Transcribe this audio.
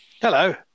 Hello